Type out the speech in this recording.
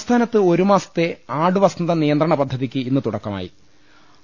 സംസ്ഥാനത്ത് ഒരു മാസത്തെ ആടുവസന്ത നിയന്ത്രണ പദ്ധ തിക്ക് ഇന്ന് തുടക്കമാകും